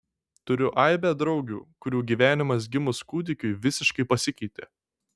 turiu aibę draugių kurių gyvenimas gimus kūdikiui visiškai pasikeitė